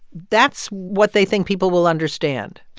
that's what they think people will understand.